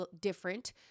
different